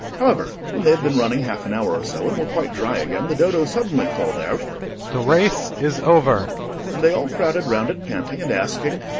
however, when they had been running half an hour or so, and were quite dry again, the dodo suddenly called out the race is over and they all crowded round it, panting, and asking,